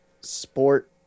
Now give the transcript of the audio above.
sport